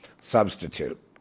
substitute